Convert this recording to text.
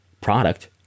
product